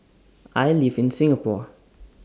I live in Singapore